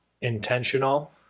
intentional